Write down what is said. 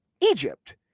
Egypt